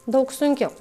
daug sunkiau